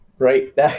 right